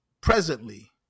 presently